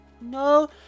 No